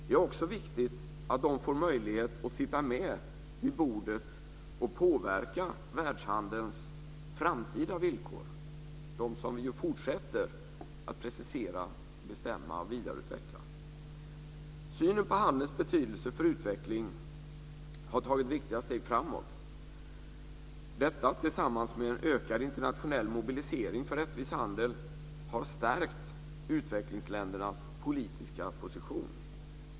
Det är också viktigt att de får möjlighet att sitta med vid bordet och påverka världshandelns framtida villkor, dem som vi ju fortsätter att precisera, bestämma och vidareutveckla. Synen på handelns betydelse för utveckling har tagit viktiga steg framåt. Detta tillsammans med en ökad internationell mobilisering för rättvis handel har stärkt utvecklingsländernas politiska position.